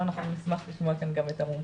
נשמח לשמוע גם את המומחים.